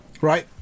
right